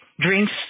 drinks